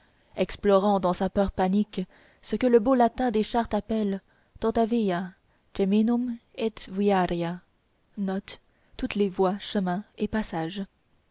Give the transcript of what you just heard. explorant dans sa peur panique ce que le beau latin des chartes appelle tota via cheminum et